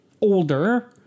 older